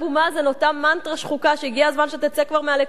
אותה מנטרה שחוקה שהגיע הזמן שתצא כבר מהלקסיקון.